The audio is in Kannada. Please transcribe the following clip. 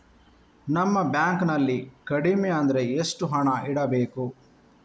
ನಮ್ಮ ಬ್ಯಾಂಕ್ ನಲ್ಲಿ ಕಡಿಮೆ ಅಂದ್ರೆ ಎಷ್ಟು ಹಣ ಇಡಬೇಕು?